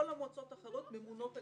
שלא את כולם ממנה השרה.